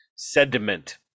Sediment